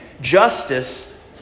Justice